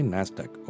Nasdaq